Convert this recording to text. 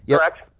correct